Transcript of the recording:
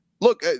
Look